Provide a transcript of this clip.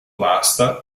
basta